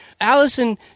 Allison